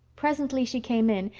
presently she came in,